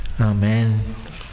Amen